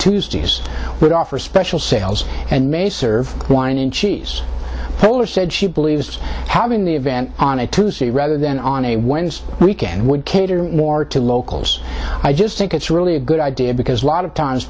tuesdays would offer special sales and may serve wine and cheese holder said she believes having the event on a tuesday rather than on a wednesday weekend would cater more to locals i just think it's really a good idea because a lot of times